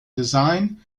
design